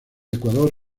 ecuador